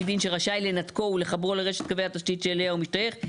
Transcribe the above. דין שרשאי לנתקו ולחברו לרשת קווי התשתית שאליה הוא משתייך,